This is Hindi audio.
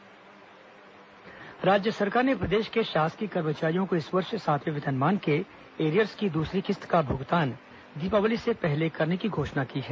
सातवां वेतनमान एरियर्स राज्य सरकार ने प्रदेश के शासकीय कर्मचारियों को इस वर्ष सातवें वेतनमान के एरियर्स की दूसरी किस्त का भुगतान दीपावली के पहले करने की घोषणा की है